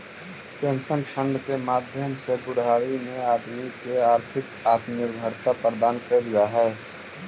pension fund के माध्यम से बुढ़ारी में आदमी के आर्थिक आत्मनिर्भरता प्रदान कैल जा हई